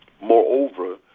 Moreover